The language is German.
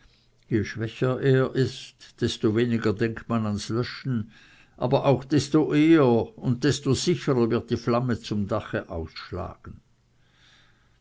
je schwächer er ist desto weniger denkt man ans löschen aber auch desto eher und desto sicherer wird die flamme zu dem dache ausschlagen